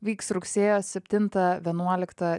vyks rugsėjo septintą vienuoliktą